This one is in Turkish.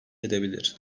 edebilir